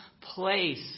place